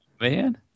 Man